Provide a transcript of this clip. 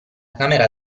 camera